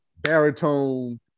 baritone